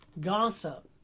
gossip